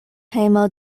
hejmo